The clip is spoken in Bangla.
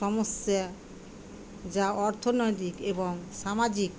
সমস্যা যা অর্থনৈতিক এবং সামাজিক